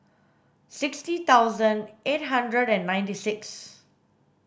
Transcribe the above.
sixty thousand eight hundred and ninety six